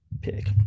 pick